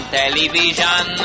television